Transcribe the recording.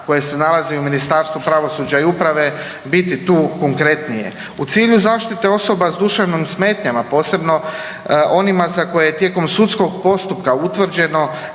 koje se nalazi u Ministarstvu pravosuđa i uprave biti tu konkretnije. U cilju zaštite osoba s duševnim smetnjama, posebno onima za koje je tijekom sudskog postupka utvrđeno